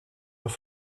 leur